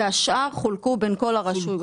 והשאר חולקו בין כל הרשויות.